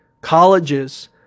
Colleges